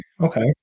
okay